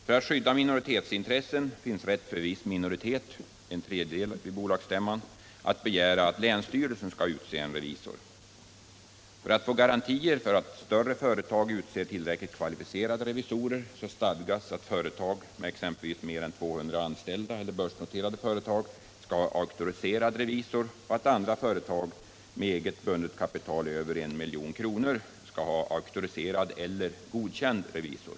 För att skydda minoritetsintressen finns rätt för viss minoritet — en tredjedel vid bolagsstämman — att begära att länsstyrelsen skall utse en revisor. För att få garantier för att större bolag utser tillräckligt kvalificerade revisorer stadgas att företag med exempelvis mer än 200 anställda eller börsnoterade företag skall ha auktoriserad revisor och att andra företag med ett eget bundet kapital över 1 milj.kr. skall ha auktoriserad eller godkänd revisor.